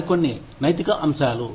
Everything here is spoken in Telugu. మరికొన్ని నైతిక అంశాలు